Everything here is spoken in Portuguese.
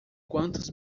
quantos